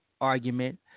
argument